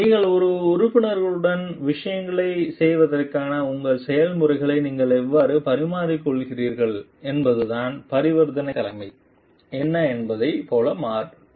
உங்கள் குழு உறுப்பினர்களுடன் விஷயங்களைச் செய்வதற்கான உங்கள் செயல்முறைகளை நீங்கள் எவ்வாறு பரிமாறிக்கொள்கிறீர்கள் என்பதுதான் பரிவர்த்தனை தலைமை என்ன என்பதைப் போல மாறுங்கள்